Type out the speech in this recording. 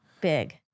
Big